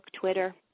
Twitter